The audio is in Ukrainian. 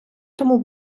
тому